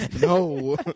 No